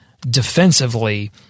defensively